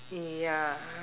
ya